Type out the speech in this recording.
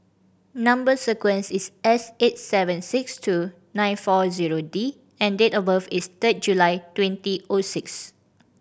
number sequence is S eight seven six two nine four zero D and date of birth is third July twenty O six